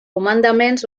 comandaments